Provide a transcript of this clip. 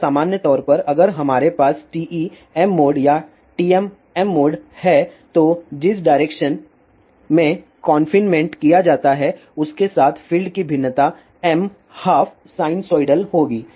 या सामान्य तौर पर अगर हमारे पास TEm मोड या TMm मोड है तो जिस डायरेक्शन में कॉनफिनमेंट किया गया है उसके साथ फील्ड की भिन्नता m हाफ साइनसोइडल होगी